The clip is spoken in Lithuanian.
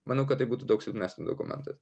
manau kad tai būtų daug silpnesnis dokumentas